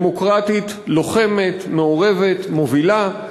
דמוקרטית, לוחמת, מעורבת, מובילה.